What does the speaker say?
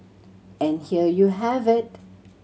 and here you have it